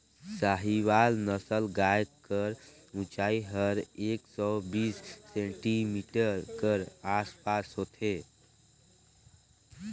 साहीवाल नसल गाय कर ऊंचाई हर एक सौ बीस सेमी कर आस पास होथे